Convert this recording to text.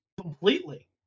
completely